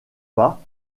pas